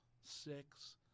six